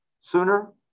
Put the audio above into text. Sooner